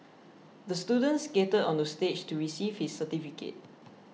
the student skated onto stage to receive his certificate